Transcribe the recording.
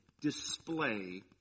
display